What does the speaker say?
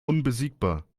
unbesiegbar